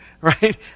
right